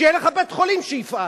שיהיה לך בית-חולים שיפעל.